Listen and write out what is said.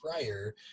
prior